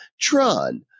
Tron